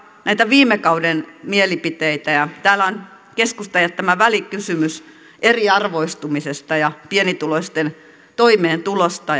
näitä viime kauden mielipiteitä ja täällä on keskustan jättämä välikysymys eriarvoistumisesta ja pienituloisten toimeentulosta